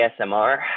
ASMR